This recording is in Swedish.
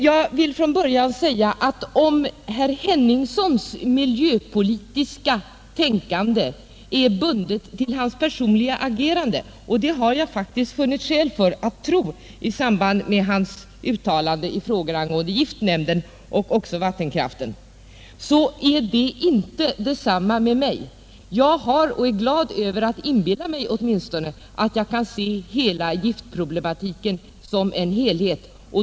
Jag vill då bara säga att om herr Henningssons miljöpolitiska tänkande är bundet till hans personliga agerande — och det har jag faktiskt funnit skäl för att tro i samband med hans uttalanden i frågor angående giftämnen och även vattenkraften — så är det inte på samma sätt med mig. Jag inbillar mig åtminstone att jag kan se hela giftproblematiken som en helhet.